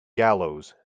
gallows